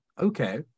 okay